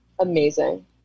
amazing